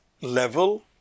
level